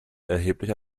erheblich